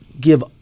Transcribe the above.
give